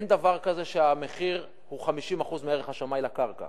אין דבר כזה שהמחיר הוא 50% מערך השמאי לקרקע,